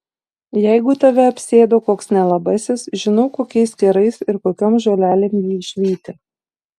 jeigu tave apsėdo koks nelabasis žinau kokiais kerais ir kokiom žolelėm jį išvyti